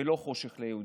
ולא חושך ליהודים,